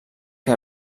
que